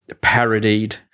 parodied